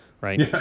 right